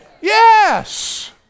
Yes